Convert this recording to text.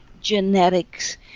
genetics